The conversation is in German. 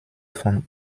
von